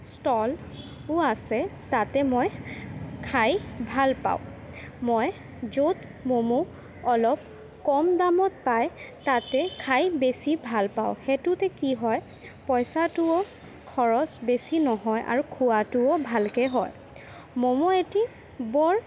ষ্টলো আছে তাতে মই খাই ভাল পাওঁ মই য'ত ম'ম' অলপ কম দামত পায় তাতে খাই বেছি ভাল পাওঁ সেইটোতে কি হয় পইচাটোও খৰচ বেছি নহয় আৰু খোৱাটোও ভালকৈ হয় ম'ম' এটি বৰ